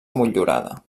motllurada